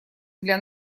для